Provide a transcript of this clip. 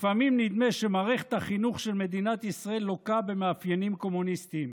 לפעמים נדמה שמערכת החינוך של מדינת ישראל לוקה במאפיינים קומוניסטיים.